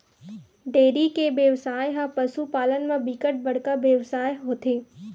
dairy के बेवसाय ह पसु पालन म बिकट बड़का बेवसाय होथे